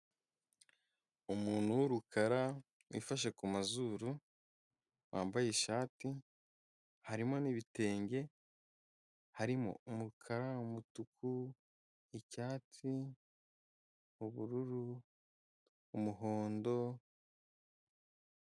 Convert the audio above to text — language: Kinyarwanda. Umuntu w'urukara wifashe ku mazuru wambaye ishati, harimo n'ibitenge, harimo umukara, umutuku, icyatsi, ubururu, umuhondo.